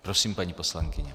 Prosím, paní poslankyně.